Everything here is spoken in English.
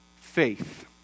Faith